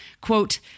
Quote